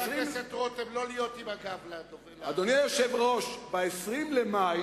ב-20 במאי,